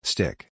Stick